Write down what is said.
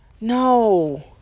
No